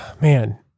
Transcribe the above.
man